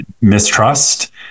mistrust